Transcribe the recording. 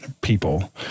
people